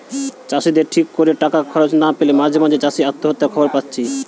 চাষিদের ঠিক কোরে টাকা খরচ না পেলে মাঝে মাঝে চাষি আত্মহত্যার খবর পাচ্ছি